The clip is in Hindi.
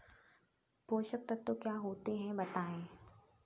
पोषक तत्व क्या होते हैं बताएँ?